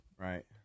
Right